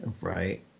Right